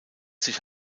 sich